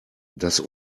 das